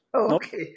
Okay